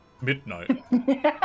midnight